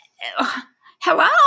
Hello